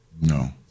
no